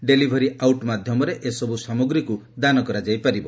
delivery out ମାଧ୍ୟମରେ ଏସବୁ ସାମଗ୍ରୀକୁ ଦାନ କରାଯାଇ ପାରିବ